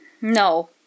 no